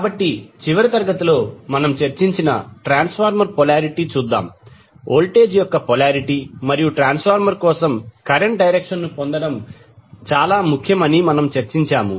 కాబట్టి చివరి తరగతిలో మనం చర్చించిన ట్రాన్స్ఫార్మర్ పొలారిటీ చూద్దాం వోల్టేజ్ యొక్క పొలారిటీ మరియు ట్రాన్స్ఫార్మర్ కోసం కరెంట్ డైరక్షన్ ను పొందడం చాలా ముఖ్యం అని మనము చర్చించాము